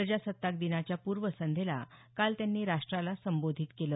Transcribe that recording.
प्रजासत्ताक दिनाच्या पूर्व संध्येला काल त्यांनी राष्ट्राला संबोधित केलं